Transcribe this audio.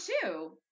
two